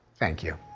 thank you.